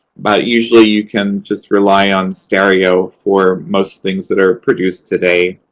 but usually, you can just rely on stereo for most things that are produced today